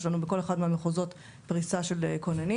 יש לנו בכל אחד מהמחוזות פריסה של כוננים,